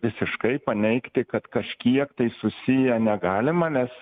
visiškai paneigti kad kažkiek tai susiję negalima nes